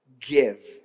Give